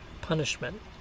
punishment